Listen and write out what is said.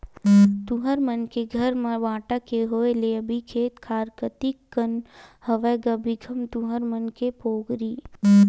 तुँहर मन के घर म बांटा के होय ले अभी खेत खार कतिक कन हवय गा भीखम तुँहर मन के पोगरी?